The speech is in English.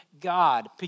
God